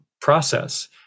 process